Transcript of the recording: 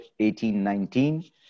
1819